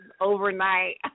overnight